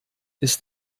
ist